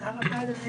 תודה רבה אדוני